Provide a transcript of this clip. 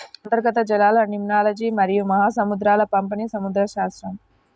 అంతర్గత జలాలలిమ్నాలజీమరియు మహాసముద్రాల పంపిణీసముద్రశాస్త్రం